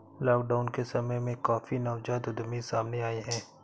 lockdown के समय में काफी नवजात उद्यमी सामने आए हैं